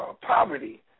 poverty